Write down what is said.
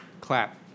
clap